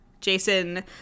Jason